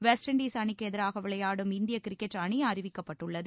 west Indies அணிக்கு எதிராக விளையாடும் இந்திய கிரிக்கெட் அணி அறிவிக்கப்பட்டுள்ளது